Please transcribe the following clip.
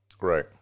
Right